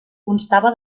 constava